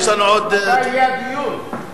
מתי יהיה הדיון?